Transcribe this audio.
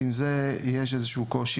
עם זה יש איזה שהוא קושי.